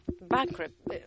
bankrupt